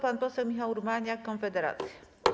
Pan poseł Michał Urbaniak, Konfederacja.